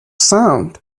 sound